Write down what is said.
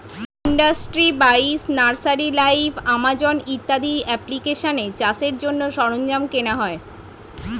industry বাইশ, nursery live, Amazon ইত্যাদি এপ্লিকেশানে চাষের জন্য সরঞ্জাম কেনা হয়